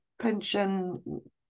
pension